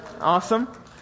Awesome